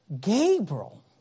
Gabriel